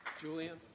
Julian